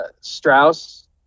Strauss